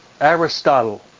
Aristotle